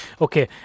Okay